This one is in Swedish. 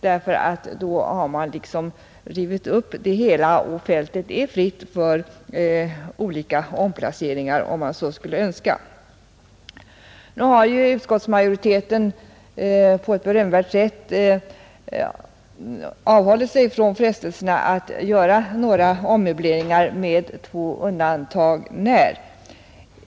Annars har man nämligen liksom rivit upp det hela och fältet är fritt för olika omplaceringar om man så skulle önska, Nu har ju utskottsmajoriteten på ett berömvärt sätt avhållit sig från frestelserna att göra några ommöbleringar på två undantag när.